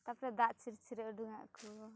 ᱛᱟᱯᱚᱨᱮ ᱫᱟᱜ ᱪᱷᱤᱨᱪᱷᱤᱨᱟᱹᱣ ᱚᱰᱚᱝᱼᱟᱜ ᱠᱚ